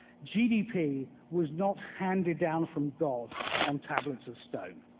gdp was not handed down from god on tablets of stone.